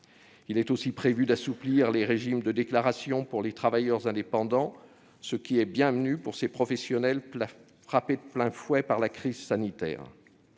Il est aussi prévu d'assouplir les régimes de déclaration pour les travailleurs indépendants : il s'agit là d'une mesure bienvenue pour ces professionnels, frappés de plein fouet par la crise sanitaire.